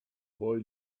boy